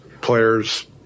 players